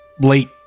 late